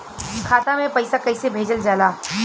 खाता में पैसा कैसे भेजल जाला?